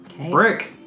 Brick